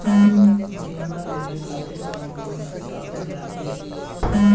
बीमा लेवे खातिर कौन कौन से कागज लगी?